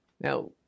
Now